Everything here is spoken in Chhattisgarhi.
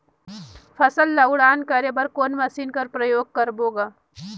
फसल ल उड़ान करे बर कोन मशीन कर प्रयोग करबो ग?